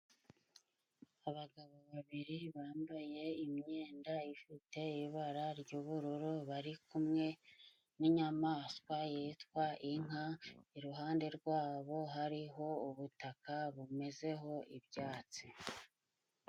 Abagabo babiri bambaye imyenda ifite ibara ry'ubururu bari kumwe n'inyamaswa yitwa inka, iruhande rwabo hariho ubutaka bumezeho ibyatsi.